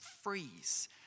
freeze